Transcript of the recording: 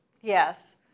Yes